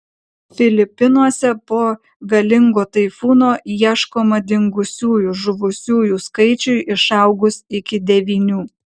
filipinuose po galingo taifūno ieškoma dingusiųjų žuvusiųjų skaičiui išaugus iki devynių